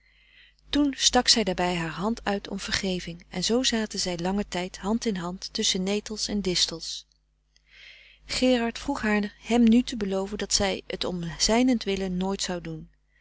toen stak zij daarbij haar hand uit om vergeving en zoo zaten zij langen tijd hand in hand tusschen netels frederik van eeden van de koele meren des doods en distels gerard vroeg haar hem nu te beloven dat zij t om zijnentwille nooit zou doen